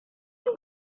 name